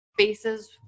spaces